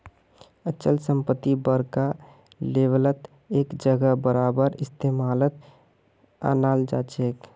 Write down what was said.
अचल संपत्ति बड़का लेवलत एक जगह बारबार इस्तेमालत अनाल जाछेक